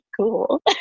cool